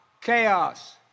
chaos